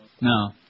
No